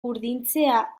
urdintzea